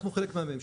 אנחנו חלק מהממשלה,